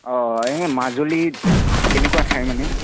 অঁ এই মাজুলী কে কেনেকুৱা ঠাই মানে